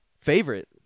favorite